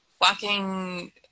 Walking